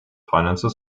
finances